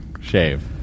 shave